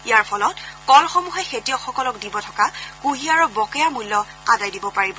ইয়াৰ ফলত কলসমূহে খেতিয়কসকলক দিব থকা কুঁহিয়াৰৰ বকেয়া মূল্য আদায় দিব পাৰিব